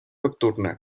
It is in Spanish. nocturna